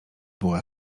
była